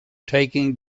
taking